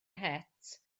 het